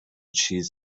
چیز